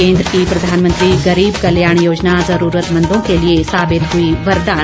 केन्द्र की प्रधानमंत्री गरीब कल्याण योजना ज़रूरतमंदों के लिए साबित हुई वरदान